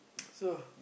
so